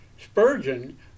Spurgeon